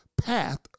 path